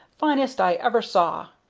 finest i ever saw.